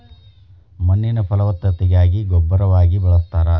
ಮಣ್ಣಿನ ಫಲವತ್ತತೆಗಾಗಿ ಗೊಬ್ಬರವಾಗಿ ಬಳಸ್ತಾರ